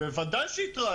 בוודאי שהתרענו.